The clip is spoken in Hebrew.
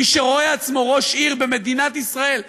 מי שרואה עצמו ראש עיר במדינת ישראל,